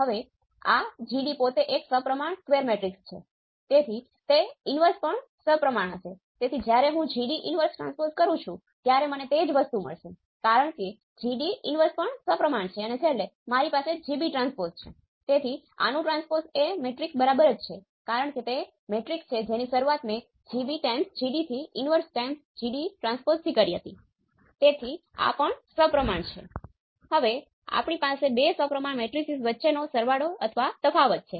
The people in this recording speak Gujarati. હવે VAB કોઈક ધન સંખ્યા × Vtest છે અને મેં ધાર્યું છે કે α નું મૂલ્ય 0 થી વધુ છે અને જે રીતે આપણે ઓપ એમ્પ નો અર્થ છે